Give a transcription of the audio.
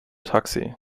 taxi